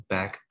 Back